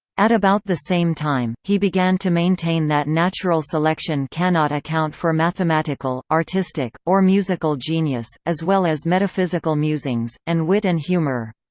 at about the same time, he began to maintain that natural selection cannot account for mathematical, artistic, or musical genius, as well as metaphysical musings, and wit and humour.